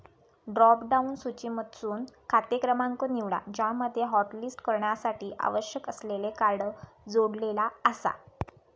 drop down सूचीमधसून खाते क्रमांक निवडा ज्यामध्ये हॉटलिस्ट करण्यासाठी आवश्यक असलेले कार्ड जोडलेला आसा